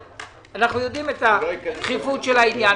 אנחנו יודעים את הדחיפות של העניין.